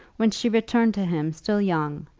when she returned to him still young,